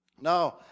Now